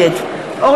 נגד מיקי לוי,